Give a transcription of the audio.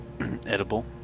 edible